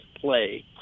play